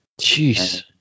Jeez